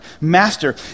master